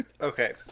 Okay